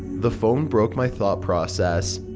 the phone broke my thought process.